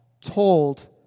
told